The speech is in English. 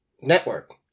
network